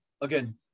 again